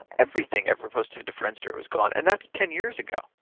everything ever posted to friendster is gone, and that's ten years ago,